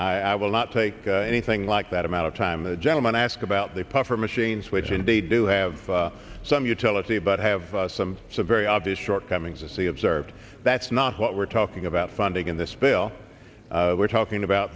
i will not take anything like that amount of time the gentleman asked about the puffer machines which and they do have some utility but have some so very obvious shortcomings as he observed that's not what we're talking about funding in this bill we're talking about